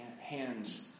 hands